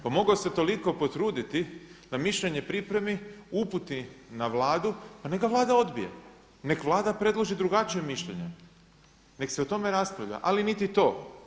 Pa mogao se toliko potruditi da mišljenje pripremi, uputi na Vladu pa neka ga Vlada odbije i nek Vlada predloži drugačije mišljenje, nek se o tome raspravlja ali niti to.